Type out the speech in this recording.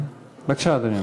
בבקשה, אדוני.